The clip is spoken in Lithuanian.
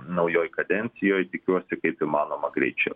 naujoj kadencijoj tikiuosi kaip įmanoma greičiau